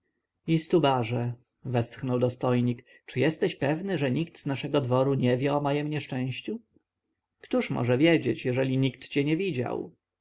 modlitwy istubarze westchnął dostojnik czy jesteś pewny że nikt z naszego dworu nie wie o mojem nieszczęściu któż może wiedzieć jeżeli cię nikt nie widział